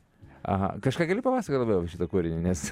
aha kažką gali papasakot labiau apie šitą kūrinį nes